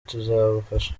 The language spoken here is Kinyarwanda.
tuzabafasha